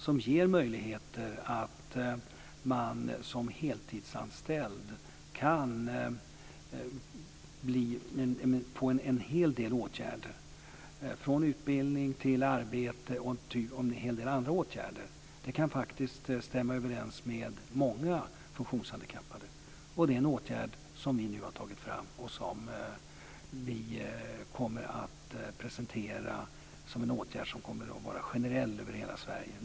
Den ger möjligheter att man som heltidsanställd kan få en hel del åtgärder - från utbildning till arbete och mycket annat. Detta kan stämma överens med många funktionshandikappade. Det är en åtgärd som vi nu har tagit fram och som vi kommer att presentera som en generell åtgärd över hela Sverige.